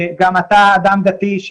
גם אתה אדם דתי,